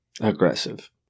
Aggressive